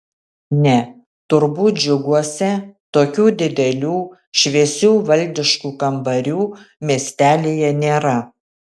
ne turbūt džiuguose tokių didelių šviesių valdiškų kambarių miestelyje nėra